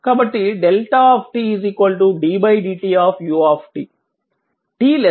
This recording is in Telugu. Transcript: కాబట్టి δ ddt u